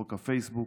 חוק הפייסבוק,